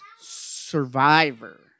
survivor